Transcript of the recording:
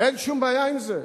אין שום בעיה עם זה.